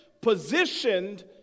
positioned